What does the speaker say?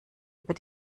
über